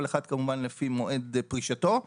כל אחד כמובן לפי מועד פרישתו,